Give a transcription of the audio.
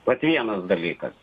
vat vienas dalykas